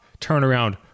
turnaround